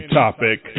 topic